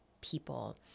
people